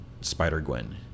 Spider-Gwen